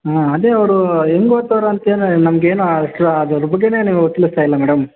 ಹಾಂ ಅದೇ ಅವರು ಹೆಂಗ್ ಓದ್ತಾರೆ ಅಂತೇನು ನಮಗೇನು ಅಷ್ಟು ಅದರ ಬಗ್ಗೆನೇ ನೀವು ತಿಳಿಸ್ತಾ ಇಲ್ಲ ಮೇಡಮ್